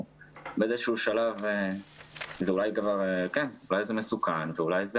באיזשהו שלב זה אולי כבר מסוכן ואולי זה